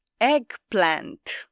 Eggplant